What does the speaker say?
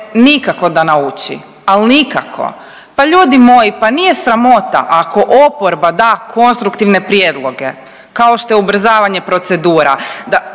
nikako da nauči, al nikako, pa ljudi moji pa nije sramota ako oporba da konstruktivne prijedloge kao što je ubrzavanje procedura